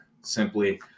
simply